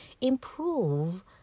improve